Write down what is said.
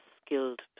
skilled